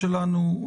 התייחסויות.